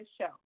show